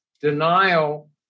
denial